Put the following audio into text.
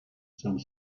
some